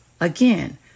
Again